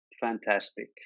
Fantastic